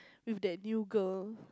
with that new girl